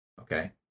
Okay